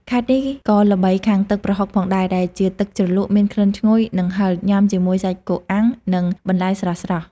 ខេត្តនេះក៏ល្បីខាងទឹកប្រហុកផងដែរ ដែលជាទឹកជ្រលក់មានក្លិនឈ្ងុយ និងហិរ ញ៉ាំជាមួយសាច់គោអាំង និងបន្លែស្រស់ៗ។